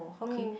no